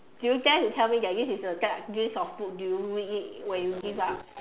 do you dare to tell me that this is a guide list of book do you read it when you give up